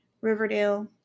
Riverdale